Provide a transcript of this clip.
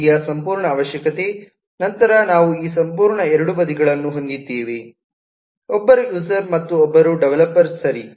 D ಯ ಸಂಪೂರ್ಣ ಅವಶ್ಯಕತೆ ನಂತರ ನಾವು ಈ ಸಂಪೂರ್ಣ ಎರಡು ಬದಿಗಳನ್ನು ಹೊಂದಿದ್ದೇವೆ ಒಬ್ಬರು ಯೂಸರ್ ಮತ್ತು ಒಬ್ಬರು ಡೆವಲಪರ್ ಸರಿ